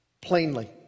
plainly